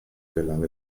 gelang